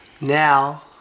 now